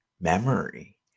memory